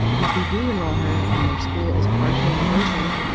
if we do enroll her and their school is partially in person,